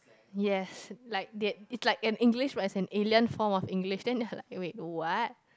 yes like that it's like an English as in alien form of English then they are like act of what